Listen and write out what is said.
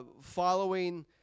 following